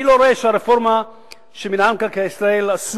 אני לא רואה שהרפורמה שמינהל מקרקעי ישראל עשה